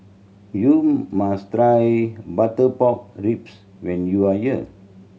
you must try butter pork ribs when you are here